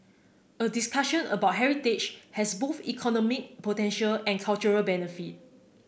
a discussion about heritage has both economic potential and cultural benefit